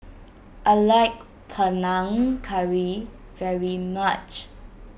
I like Panang Curry very much